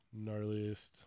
gnarliest